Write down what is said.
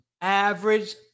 average